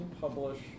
publish